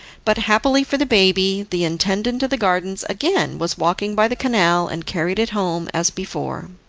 but happily for the baby, the intendant of the gardens again was walking by the canal, and carried it home as before.